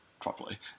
properly